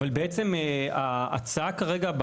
אבל בעצם ההצעה כרגע,